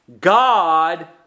God